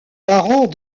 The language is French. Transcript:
parent